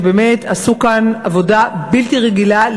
שבאמת עשו כאן עבודה בלתי רגילה,